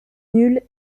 nuls